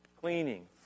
Cleaning